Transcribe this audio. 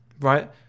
right